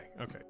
okay